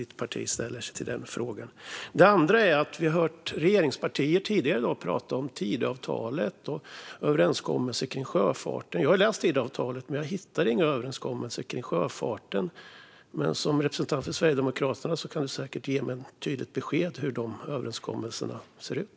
Det andra gäller att vi tidigare i dag har hört regeringspartier tala om Tidöavtalet och överenskommelser om sjöfarten. Jag har läst Tidöavtalet, men jag hittar inga överenskommelser om sjöfarten. Men som representant för Sverigedemokraterna kan ledamoten säkert ge mig tydligt besked om hur de överenskommelserna ser ut.